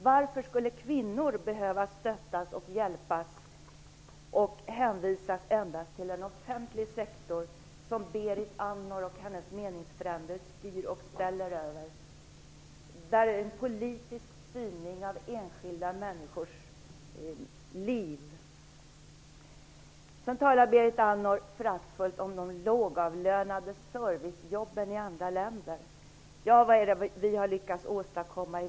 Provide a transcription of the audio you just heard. Varför skulle då kvinnor behöva stöttas och hjälpas samt hänvisas endast till en offentlig sektor där Berit Andnor och hennes meningsfränder styr och ställer? Där sker en politisk styrning av enskilda människors liv. Vidare talar Berit Andnor föraktfullt om de lågavlönade servicejobben i andra länder. Men vad har vi i vårt land lyckats åstadkomma?